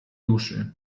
duszy